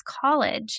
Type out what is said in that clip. College